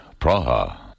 Praha